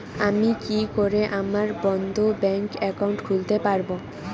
আমি কি করে আমার বন্ধ ব্যাংক একাউন্ট খুলতে পারবো?